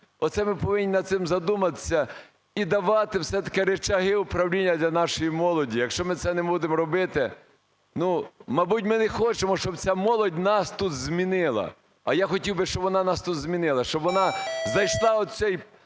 Оце ми повинні над цим задуматися і давати все-таки ричаги управління для нашої молоді. Якщо ми це не будемо робити, мабуть, ми не хочемо, щоб ця молодь нас тут змінила. А я хотів би, щоб вона нас тут змінила, щоб вона зайшла в оцей